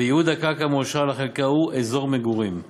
וייעוד הקרקע המאושר לחלקה הוא "אזור מגורים".